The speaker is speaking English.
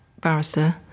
barrister